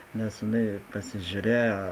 nes jinai pasižiūrėjo